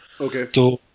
Okay